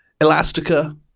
Elastica